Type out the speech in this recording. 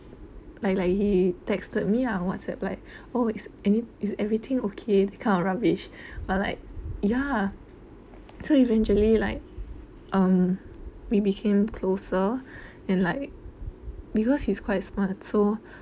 like like he texted me lah on WhatsApp like oh is any is everything okay that kind of rubbish but like ya so eventually like um we became closer and like because he's quite smart so